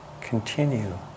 continue